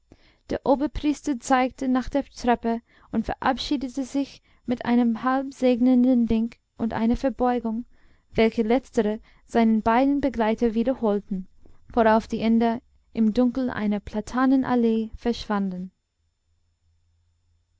der oberpriester zeigte nach der treppe und verabschiedete sich mit einem halb segnenden wink und einer verbeugung welche letztere seine beiden begleiter wiederholten worauf die inder im dunkel einer platanenallee verschwanden